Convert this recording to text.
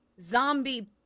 zombie